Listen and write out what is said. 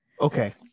Okay